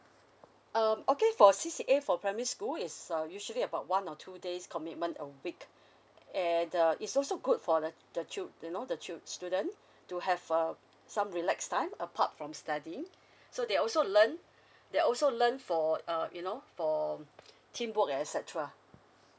um okay for C_C_A for primary school is uh usually about one or two days commitment a week and uh it's also good for the the chil~ you know the chil~ student to have uh some relax time apart from studying so they also learn they also learn for uh you know for teamwork and et cetera